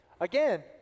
Again